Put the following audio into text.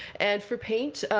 and for paint,